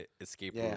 escape